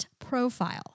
profile